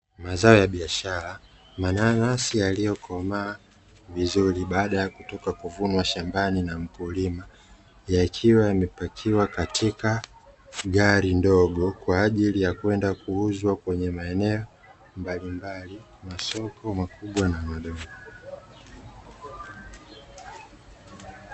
Mazao ya biashara. mananasi yaliyokomaa vizuri baada ya kutoka kuvunwa shambani na mkulima yakiwa yamepakiwa katika gari ndogo kwa ajili ya kwenda kuuzwa kwenye maeneo mbalimbali masoko makubwa na madogo.